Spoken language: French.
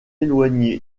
éloigné